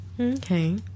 Okay